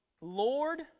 lord